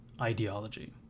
ideology